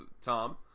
Tom